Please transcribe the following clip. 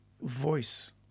voice